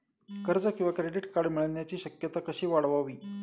कर्ज किंवा credit card मिळण्याची शक्यता कशी वाढवावी?